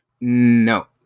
No